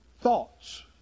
Thoughts